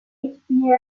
university